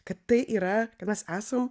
kad tai yra kad mes esam